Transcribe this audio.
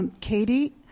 Katie